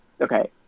okay